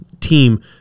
team